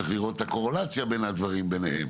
צריך לראות את הקורלציה בין הדברים ביניהם.